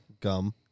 Gum